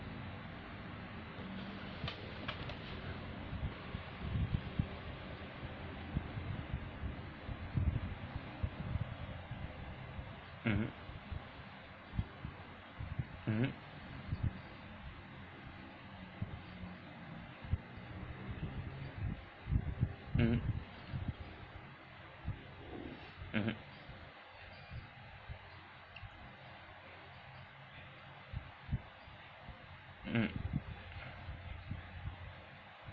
mmhmm mmhmm mm mmhmm mm